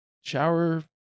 shower